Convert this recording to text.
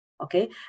Okay